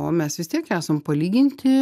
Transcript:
o mes vistiek esam palyginti